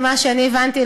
ממה שהבנתי,